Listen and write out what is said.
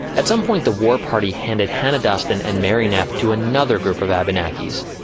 at some point the war party handed hannah duston and mary neff to another group of abenakis.